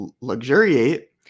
luxuriate